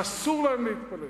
אסור להם להתפלל.